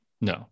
No